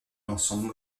l’ensemble